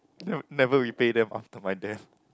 never never repay them after my death